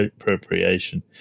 appropriation